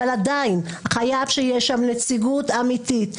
אבל עדיין חייב שתהיה שם נציגות אמיתית,